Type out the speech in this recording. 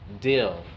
deal